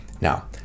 Now